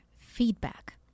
feedback